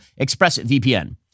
ExpressVPN